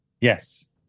Yes